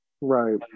Right